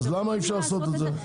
אז למה אי אפשר לעשות את זה?